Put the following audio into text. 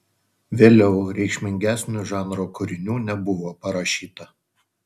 vėliau reikšmingesnių žanro kūrinių nebuvo parašyta